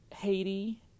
Haiti